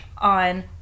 on